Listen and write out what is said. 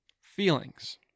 feelings